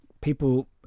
people